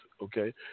okay